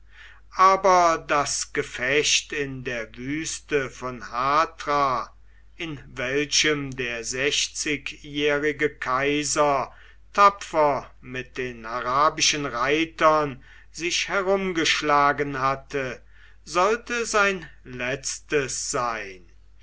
aber das gefecht in der wüste von hatra in welchem der sechzigjährige kaiser tapfer mit den arabischen reitern sich herumgeschlagen hatte sollte sein letztes sein